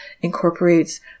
incorporates